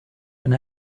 eine